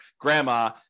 grandma